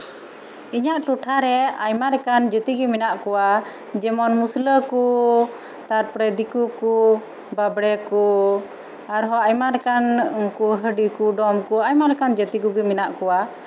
ᱤᱧᱟᱹᱜ ᱴᱚᱴᱷᱟᱨᱮ ᱟᱭᱢᱟ ᱞᱮᱠᱟᱱ ᱡᱟᱹᱛᱤ ᱜᱮ ᱢᱮᱱᱟᱜ ᱠᱚᱣᱟ ᱡᱮᱢᱚᱱ ᱢᱩᱥᱞᱟᱹ ᱠᱚ ᱛᱟᱨᱯᱚᱨᱮ ᱫᱤᱠᱩ ᱠᱚ ᱵᱟᱸᱵᱽᱲᱮ ᱠᱚ ᱟᱨᱦᱚᱸ ᱟᱭᱢᱟ ᱞᱮᱠᱟᱱ ᱦᱟᱹᱰᱤ ᱠᱚ ᱰᱚᱢ ᱠᱚ ᱟᱭᱢᱟ ᱞᱮᱠᱟᱱ ᱡᱟᱹᱛᱤ ᱠᱚᱜᱮ ᱢᱮᱱᱟᱜ ᱠᱚᱣᱟ